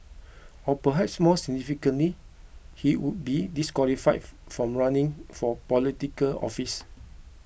or perhaps more significantly he would be disqualified from running for Political Office